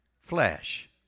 flesh